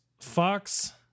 fox